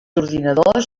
ordinadors